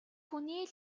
хүний